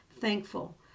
thankful